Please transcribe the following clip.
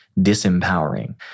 disempowering